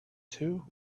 too